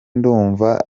ndumva